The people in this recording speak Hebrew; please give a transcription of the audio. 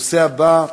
הנושא הבא: